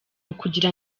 ukugira